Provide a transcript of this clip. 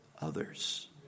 others